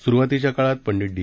सुरूवातीच्या काळात पंडीत डि